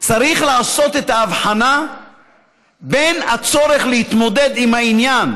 צריך לעשות את ההבחנה בין הצורך להתמודד עם העניין